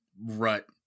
rut